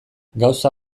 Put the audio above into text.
gauza